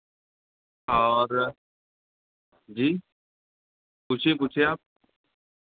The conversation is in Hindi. और जी पूछिए पूछिए आप